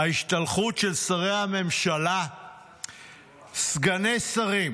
ההשתלחות של שרי הממשלה וסגני שרים